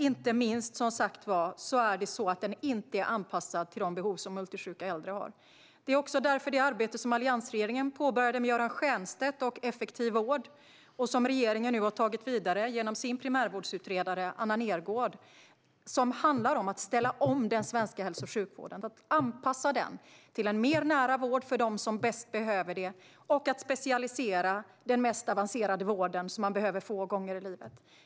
Inte minst, som sagt, är den inte anpassad till de behov som multisjuka äldre har. Det arbete som alliansregeringen påbörjade med Göran Stiernstedt och Effektiv vård har regeringen nu tagit vidare genom sin primärvårdsutredare Anna Nergård. Det handlar om att ställa om den svenska hälso och sjukvården och anpassa den till att bli en mer nära vård för dem som bäst behöver det och att specialisera den mest avancerade vården som man behöver få gånger i livet.